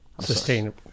sustainable